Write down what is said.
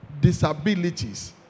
disabilities